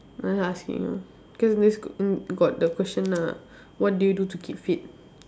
just asking cause this err got the question ah what do you do to keep fit